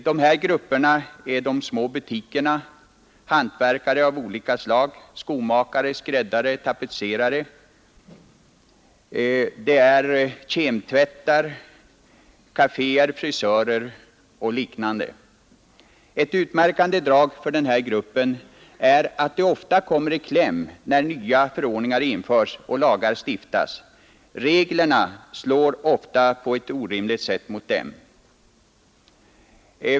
Det kan gälla små butiker, hantverkare av olika slag såsom skomakare, skräddare och tapetserare, det gäller kemtvättar, kaféer, frisörer och liknande. Ett utmärkande drag för denna grupp är att dessa företagare ofta kommer i kläm när nya förordningar införs och lagar stiftas. Reglerna slår ofta på ett orimligt hårt sätt mot dem.